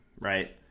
right